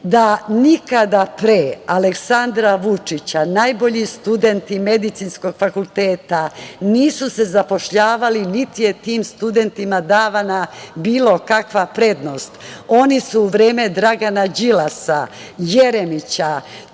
nikada pre Aleksandra Vučića najbolji studenti medicinskog fakulteta nisu se zapošljavali niti je tim studentima davana bilo kakva prednost, oni su u vreme Dragana Đilasa, Jeremića,